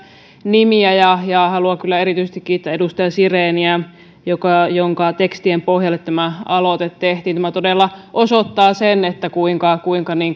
nimiä ja ja haluan kyllä erityisesti kiittää edustaja sireniä jonka tekstien pohjalle tämä aloite tehtiin tämä todella osoittaa sen kuinka kuinka